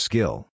Skill